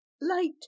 Light